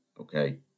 okay